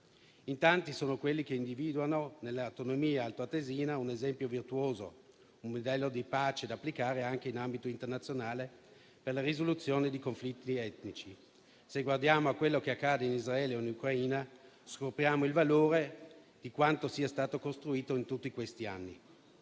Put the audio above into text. Tanti sono coloro che individuano nell'autonomia altoatesina un esempio virtuoso, un modello di pace da applicare anche in ambito internazionale per la risoluzione di conflitti etnici. Se guardiamo a quello che accade in Israele o in Ucraina, scopriamo il valore di quanto è stato costruito in tutti questi anni.